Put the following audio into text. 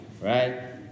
right